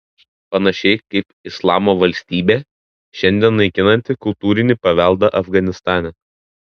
panašiai kaip islamo valstybė šiandien naikinanti kultūrinį paveldą afganistane